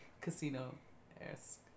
Casino-esque